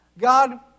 God